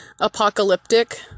apocalyptic